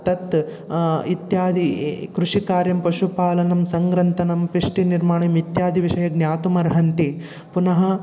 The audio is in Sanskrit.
तत् इत्यादि कृषिकार्यं पशुपालनं सङ्ग्रन्थनं पिष्टनिर्माणम् इत्यादिविषये ज्ञातुमर्हन्ति पुनः